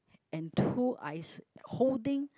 and two eyes holding